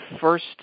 first